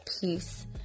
peace